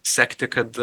sekti kad